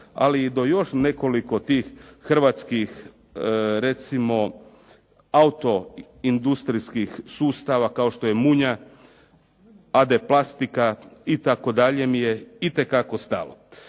ali i do još nekoliko tih hrvatskih recimo auto industrijskih sustava kao što je "Munja", "A.D. Plastika" itd. mi je itekako stalo.